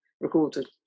recorded